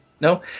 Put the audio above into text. No